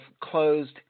closed